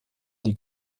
die